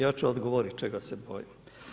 Ja ću odgovoriti čega se bojimo.